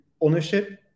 ownership